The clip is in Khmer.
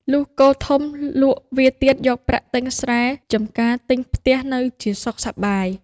លុះគោធំលក់វាទៀតយកប្រាក់ទិញស្រែចំការទិញផ្ទះនៅជាសុខសប្បាយ។